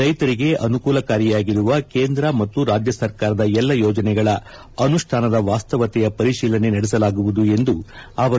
ರೈತರಿಗೆ ಅನುಕೂಲಕಾರಿಯಾಗಿರುವ ಕೇಂದ್ರ ಮತ್ತು ರಾಜ್ಯ ಸರ್ಕಾರದ ಎಲ್ಲ ಯೋಜನೆಗಳ ಅನುಷ್ಣಾನದ ವಾಸ್ತವತೆಯ ಪರಿಶೀಲನೆ ನಡೆಸಲಾಗುವುದು ಎಂದರು